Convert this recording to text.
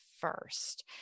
first